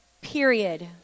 Period